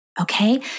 okay